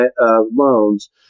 loans